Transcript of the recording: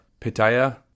pitaya